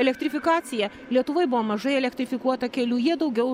elektrifikacija lietuvoj buvo mažai elektrifikuota kelių jie daugiau